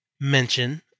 mention